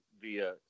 via